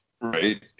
right